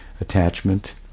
attachment